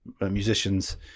musicians